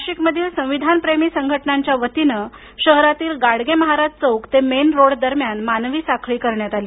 नाशिक मधील संविधान प्रेमी संघटनांच्या वतीने शहरातील गाडगे महाराज चौक ते मेन रोड दरम्यान मानवी साखळी करण्यात आली